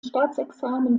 staatsexamen